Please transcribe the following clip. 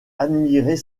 admirer